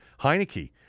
Heineke